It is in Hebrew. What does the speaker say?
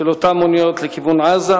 של אותן אוניות לכיוון עזה.